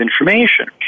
information